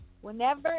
Whenever